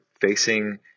facing